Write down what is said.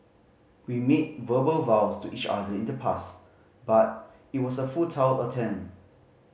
we made verbal vows to each other in the past but it was a futile attempt